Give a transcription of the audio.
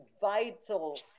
vital